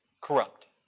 corrupt